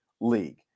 league